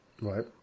Right